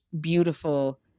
beautiful